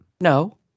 No